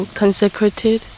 consecrated